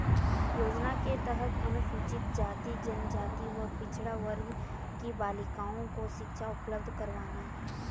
योजना के तहत अनुसूचित जाति, जनजाति व पिछड़ा वर्ग की बालिकाओं को शिक्षा उपलब्ध करवाना है